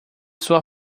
sua